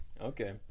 Okay